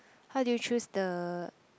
how do you choose the